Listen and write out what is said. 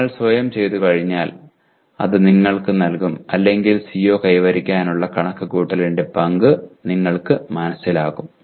നിങ്ങൾ സ്വയം ചെയ്തുകഴിഞ്ഞാൽ അത് നിങ്ങൾക്ക് നൽകും അല്ലെങ്കിൽ CO കൈവരിക്കാനുള്ള കണക്കുകൂട്ടലിന്റെ പങ്ക് നിങ്ങൾക്ക് മനസ്സിലാകും